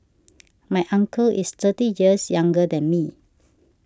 my uncle is thirty years younger than me